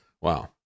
Wow